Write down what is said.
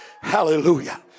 Hallelujah